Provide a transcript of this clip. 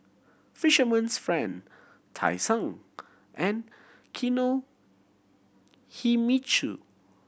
Fisherman's Friend Tai Sun and Kinohimitsu